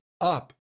up